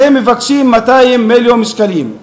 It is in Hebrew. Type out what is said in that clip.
אז הם מבקשים 200 מיליון שקלים.